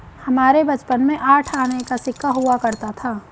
हमारे बचपन में आठ आने का सिक्का हुआ करता था